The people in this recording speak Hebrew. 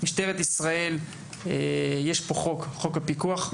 יש פה חוק ויש פיקוח.